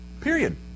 Period